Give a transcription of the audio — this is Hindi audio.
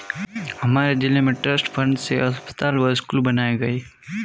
हमारे जिले में ट्रस्ट फंड से अस्पताल व स्कूल बनाए गए